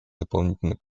дополнительный